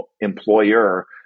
employer